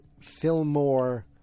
Fillmore